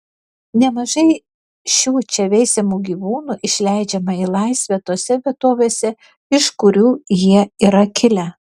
nemažai šių čia veisiamų gyvūnų išleidžiama į laisvę tose vietovėse iš kurių jie yra kilę